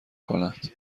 کند